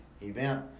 event